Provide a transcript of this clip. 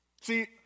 See